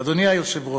אדוני היושב-ראש,